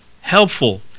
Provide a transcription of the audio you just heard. helpful